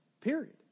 Period